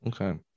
Okay